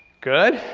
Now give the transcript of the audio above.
good.